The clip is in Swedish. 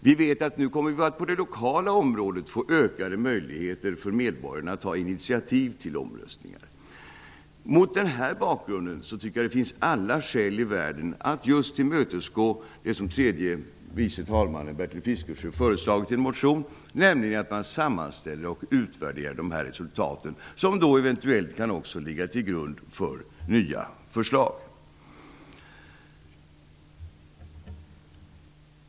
Vi vet att det nu kommer att bli ökade möjligheter för medborgarna att lokalt ta initiativ till omröstningar. Mot denna bakgrund tycker jag att det finns alla skäl i världen att tillmötesgå det som tredje vice talman Bertil Fiskesjö har föreslagit i en motion, nämligen att sammanställa och utvärdera resultaten. De kan då eventuellt ligga till grund för nya förslag.